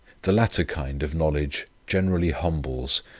the latter kind of knowledge generally humbles,